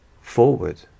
forward